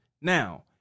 Now